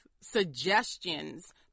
suggestions